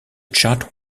chart